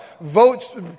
votes